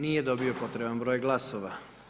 Nije dobio potreban broj glasova.